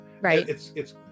Right